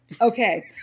Okay